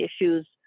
issues